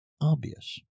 obvious